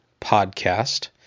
Podcast